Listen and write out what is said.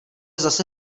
zase